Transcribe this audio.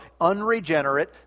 unregenerate